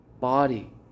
body